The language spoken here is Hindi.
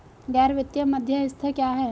गैर वित्तीय मध्यस्थ क्या हैं?